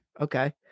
Okay